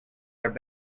their